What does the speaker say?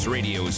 Radio